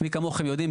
מי כמוכם יודעים,